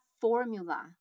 formula